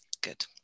Good